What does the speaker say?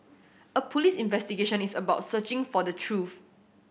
a police investigation is about searching for the truth